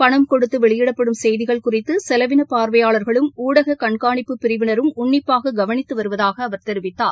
பணம் கொடுத்து வெளியிடப்படும் செய்திகள் குறித்து செலவினப் பார்வையாளர்களும் ஊடக கண்கானிப்புப் பிரிவும் உன்னிப்பாக கவனித்து வருவதாக அவர் தெரிவித்தார்